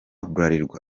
bralirwa